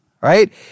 right